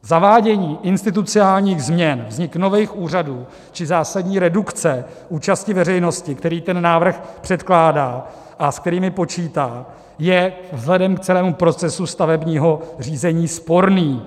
Zavádění institucionálních změn, vznik nových úřadů či zásadní redukce účasti veřejnosti, které ten návrh předkládá a s kterými počítá, je vzhledem k celém procesu stavebního řízení sporný.